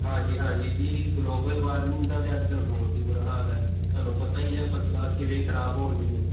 ਹਾਂਜੀ ਹਾਂਜੀ ਜੀ ਗਲੋਬਲ ਵਾਰਮਿੰਗ ਦਾ ਤਾਂ ਅੱਜ ਕੱਲ੍ਹ ਬਹੁਤ ਹੀ ਬੁਰਾ ਹਾਲ ਹੈ ਤੁਹਾਨੂੰ ਪਤਾ ਹੀ ਹੈ ਫਸਲਾਂ ਕਿਵੇਂ ਖ਼ਰਾਬ ਹੋਣ ਡੀਆਂ